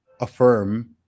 affirm